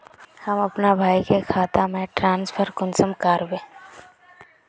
हम अपना भाई के खाता में ट्रांसफर कुंसम कारबे?